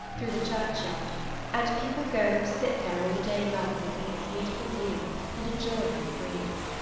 through the churchyard and people go and sit there all day long looking at the beautiful view and enjoying the breeze.